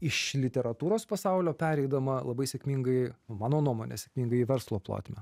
iš literatūros pasaulio pereidama labai sėkmingai mano nuomone sėkmingai į verslo plotmę